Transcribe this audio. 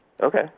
Okay